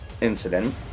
incident